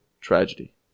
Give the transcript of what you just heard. tragedy